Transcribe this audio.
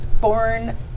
Born